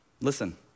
Listen